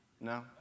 No